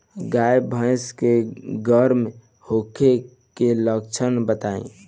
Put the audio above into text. गाय भैंस के गर्म होखे के लक्षण बताई?